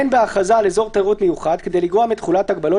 אין בהכרזה על אזור תיירות מיוחד כדי לגרוע מתחולת הגבלות